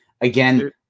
again